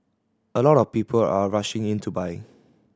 a lot of people are rushing in to buy